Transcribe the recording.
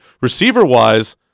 Receiver-wise